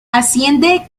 asciende